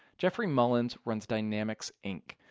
jeffery mullens runs dynamics inc,